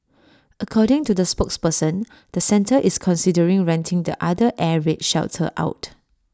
according to the spokesperson the centre is considering renting the other air raid shelter out